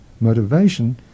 Motivation